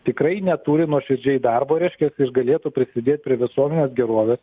tikrai neturi nuoširdžiai darbo reiškias išgalėtų prisidėt prie visuomenės gerovės